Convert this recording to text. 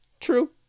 true